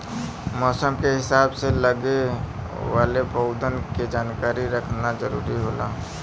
मौसम के हिसाब से लगे वाले पउधन के जानकारी रखना जरुरी होला